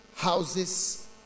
houses